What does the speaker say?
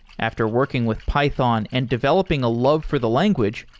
after working with python and developing a love for the language,